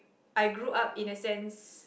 I grew up in the sense